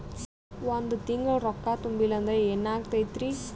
ಒಂದ ತಿಂಗಳ ರೊಕ್ಕ ತುಂಬಿಲ್ಲ ಅಂದ್ರ ಎನಾಗತೈತ್ರಿ?